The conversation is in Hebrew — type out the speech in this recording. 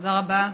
תודה רבה.